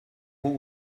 who